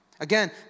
Again